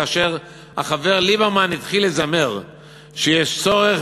כאשר החבר ליברמן התחיל לזמר שיש צורך